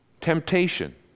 Temptation